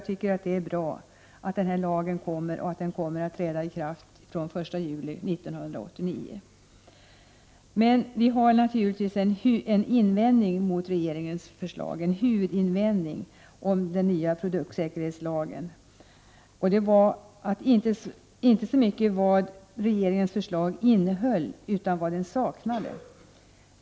Det är bra att denna lag kommer att träda i kraft från den 1 juli 1989. Men vår huvudinvändning mot regeringens förslag om ny produktsäker 13 december 1988 hetslag var inte så mycket vad den innehöll utan vad den saknade.